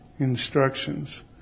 instructions